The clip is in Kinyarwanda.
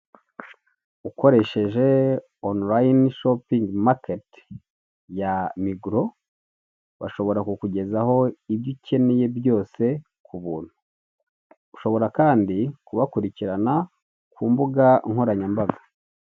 Ukoresheje onorayini shopingi maketi ya migoro bashobora kukugezaho ibyo ukeneye byose kubuntu. Ushobora kandi kubakurikirana ku mbuga nkoranyambaga.